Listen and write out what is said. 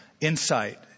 insight